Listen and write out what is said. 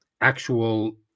actual